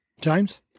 James